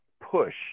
push